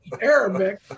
Arabic